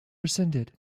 rescinded